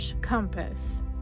compass